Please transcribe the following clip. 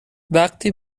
وقتی